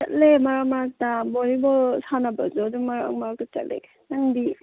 ꯆꯠꯂꯦ ꯃꯔꯛ ꯃꯔꯛꯇ ꯕꯣꯏꯗꯣ ꯁꯥꯟꯅꯕꯁꯨ ꯑꯗꯨꯝ ꯃꯔꯛ ꯃꯔꯛꯇ ꯆꯠꯂꯦ ꯅꯪꯗꯤ